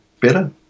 better